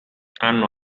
hanno